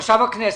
חשב הכנסת,